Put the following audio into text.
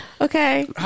Okay